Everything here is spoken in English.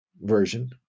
version